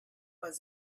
was